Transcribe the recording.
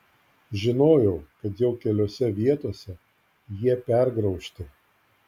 žinojau kad jau keliose vietose jie pergraužti